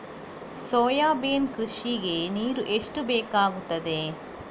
Soybean ಕೃಷಿಗೆ ನೀರು ಎಷ್ಟು ಬೇಕಾಗುತ್ತದೆ?